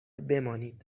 بمانید